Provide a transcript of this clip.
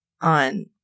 on